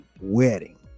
wedding